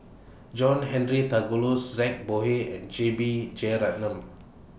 John Henry Duclos Zhang Bohe and J B Jeyaretnam